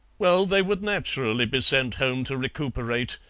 well, they would naturally be sent home to recuperate.